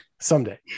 someday